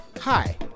Hi